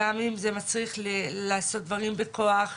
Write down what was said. גם אם זה מצריך לעשות דברים בכוח,